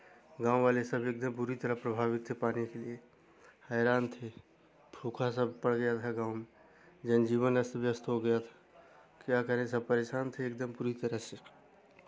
गाँव वाले सब एक दम बुरी तरह प्रभावित थे पाने के लिए हैरान थे भूख सब पड़ गया था गाँव में जन जीवन अस्त व्यस्त हो गया था क्या करें सब परेशान थे एक दम बुरी तरह से